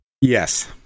Yes